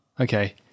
okay